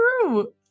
true